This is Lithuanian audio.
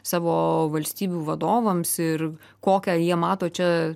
savo valstybių vadovams ir kokią jie mato čia